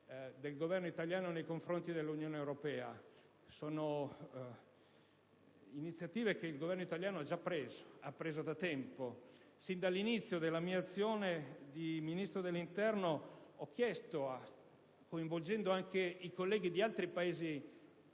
del Governo italiano nei confronti dell'Unione europea. Sono iniziative che il Governo italiano ha già preso, e da tempo. Sin dall'inizio della mia azione di Ministro dell'interno ho chiesto, coinvolgendo anche i colleghi di altri Paesi del